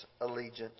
allegiance